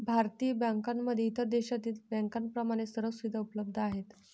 भारतीय बँकांमध्ये इतर देशातील बँकांप्रमाणे सर्व सुविधा उपलब्ध आहेत